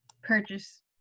Purchase